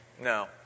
No